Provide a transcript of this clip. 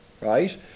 right